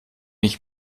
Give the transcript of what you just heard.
ich